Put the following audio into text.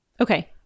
Okay